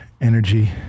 energy